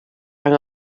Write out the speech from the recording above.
amb